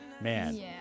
Man